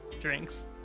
drinks